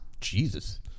Jesus